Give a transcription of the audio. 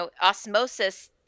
osmosis